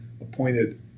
appointed